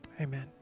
Amen